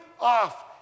off